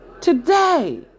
Today